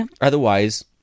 Otherwise